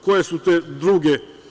Koje su te druge?